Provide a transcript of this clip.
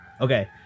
okay